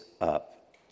up